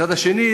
מצד שני,